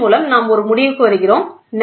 எனவே இதன் மூலம் நாம் ஒரு முடிவுக்கு வருகிறோம்